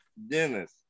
Dennis